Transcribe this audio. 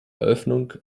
eröffnung